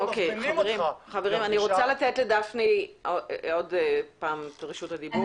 מזמינים אותך לפגישה --- אני רוצה לתת עוד פעם את רשות הדיבור לדפני.